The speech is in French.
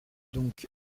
donc